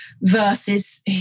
versus